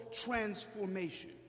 transformation